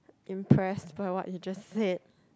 impressed by what you just said